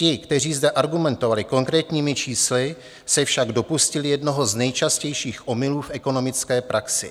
Ti, kteří zde argumentovali konkrétními čísly, se však dopustili jednoho z nejčastějších omylů v ekonomické praxi.